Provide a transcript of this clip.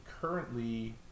currently